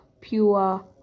pure